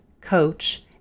coach